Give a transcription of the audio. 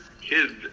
kids